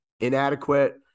inadequate